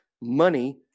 money